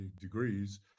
degrees